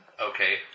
Okay